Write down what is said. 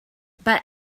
but